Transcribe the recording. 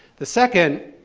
the second,